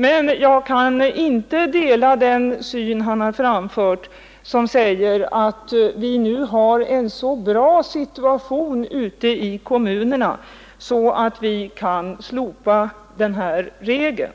Men jag kan inte dela hans synsätt att situationen ute i kommunerna nu är så god att vi kan slopa denna regel.